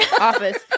office